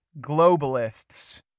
globalists